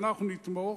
ואנחנו נתמוך,